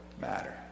matter